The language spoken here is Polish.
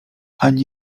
ani